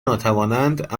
ناتوانند